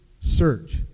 search